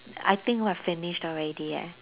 I think we have finished already eh